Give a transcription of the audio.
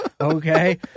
Okay